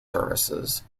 services